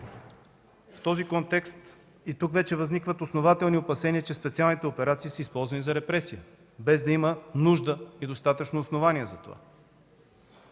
със заповеди. Тук вече възникват основателни опасения, че специалните операции са използвани за репресия, без да има нужда и достатъчно основание за това.